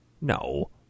No